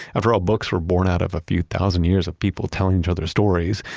after all, books were born out of a few thousand years of people telling each other stories.